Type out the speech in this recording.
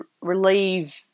relieve